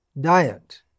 diet